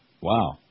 Wow